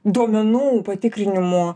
duomenų patikrinimų